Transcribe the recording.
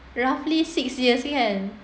roughly six years kan